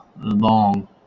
long